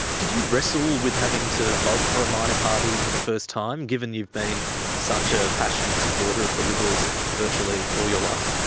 did you wrestle with having to vote for a minor party for the first time, given you've been such a passionate supporter of the liberals virtually all your life?